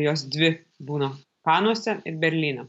jos dvi būna kanuose ir berlyne